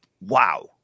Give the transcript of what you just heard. wow